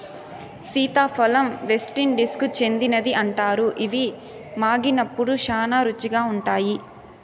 సీతాఫలం వెస్టిండీస్కు చెందినదని అంటారు, ఇవి మాగినప్పుడు శ్యానా రుచిగా ఉంటాయి